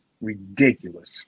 Ridiculous